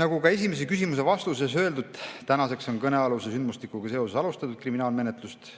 Nagu ka esimese küsimuse vastuses öeldud, tänaseks on kõnealuse sündmustikuga seoses alustatud kriminaalmenetlust